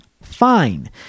fine